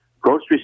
Grocery